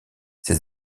ses